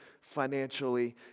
financially